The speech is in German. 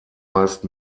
meist